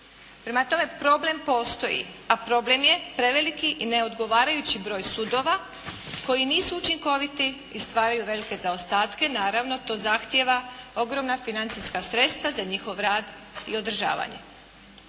Prema tome problem postoji. A problem je preveliki i neodgovarajući broj sudova koji nisu učinkoviti i stvaraju velike zaostatke. Naravno, to zahtjeva ogromna financijska sredstva za njihov rad i održavanje.